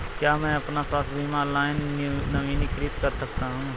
क्या मैं अपना स्वास्थ्य बीमा ऑनलाइन नवीनीकृत कर सकता हूँ?